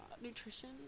nutrition